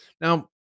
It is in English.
Now